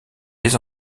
les